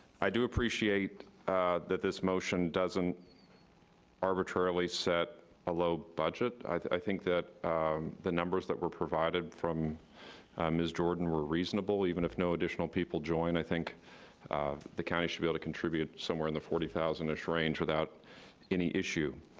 i do appreciate that this motion doesn't arbitrarily set a low budget. i think that the numbers that were provided from mrs. jordan were reasonable even if no additional people joined. i think the county should be able to contribute somewhere in the forty thousand ish range without any issue.